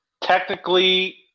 Technically